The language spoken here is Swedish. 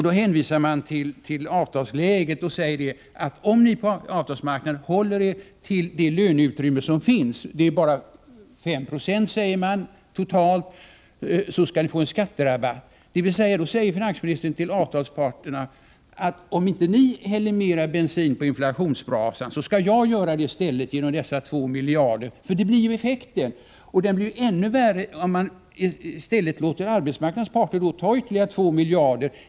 Då hänvisar man till avtalsläget och säger att om ni på avtalsmarknaden håller er till det löneutrymme som finns — det är bara 5 90 totalt sägs det — skall ni få skatterabatt. Med andra ord säger finansministern till avtalsparterna, att om de inte häller mer bensin på inflationsbrasan, skall han göra det i stället genom dessa 2 miljarder, för det blir ju effekten. Det blir ännu värre än om man i stället låter arbetsmarknadens parter ta ytterligare 2 miljarder.